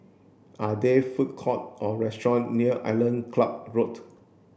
are there food court or restaurant near Island Club Road